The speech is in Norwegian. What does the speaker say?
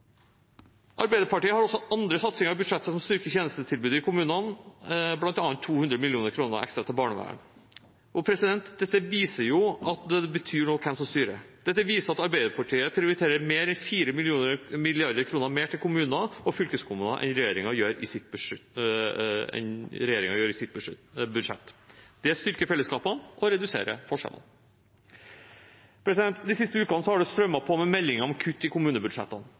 Arbeiderpartiet har også andre satsinger i budsjettet som styrker tjenestetilbudet i kommunene, bl.a. 200 mill. kr ekstra til barnevern. Dette viser at det betyr noe hvem som styrer. Dette viser at Arbeiderpartiet prioriterer mer enn 4 mrd. kr mer til kommuner og fylkeskommuner enn regjeringen gjør i sitt budsjett. Det styrker fellesskapet og reduserer forskjellene. De siste ukene har det strømmet på med meldinger om kutt i kommunebudsjettene.